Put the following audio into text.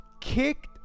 kicked